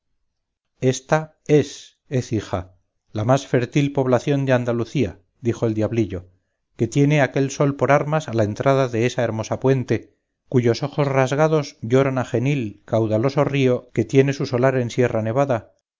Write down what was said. cleofás ésta es écija la más fértil población de andalucía dijo el diablillo que tiene aquel sol por armas a la entrada de esa hermosa puente cuyos ojos rasgados lloran a genil caudaloso río que tiene su solar en sierra nevada